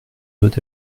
doit